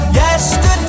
yesterday